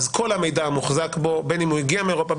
אז כל המידע המוחזק בין הוא הגיע מאירופה,